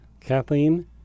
Kathleen